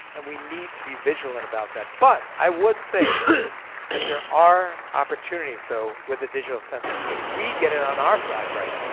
and we need to be vigilant about that. but i would say that there are opportunities though with a digital census, if we get it on our side right.